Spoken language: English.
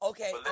Okay